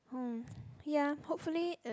hmm ya hopefully uh